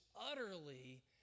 utterly